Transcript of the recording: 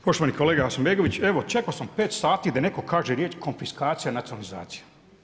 Poštovani kolega Hasanbegović, evo čekao sam 5 sati da netko kaže riječ konfiskacija, nacionalizacija.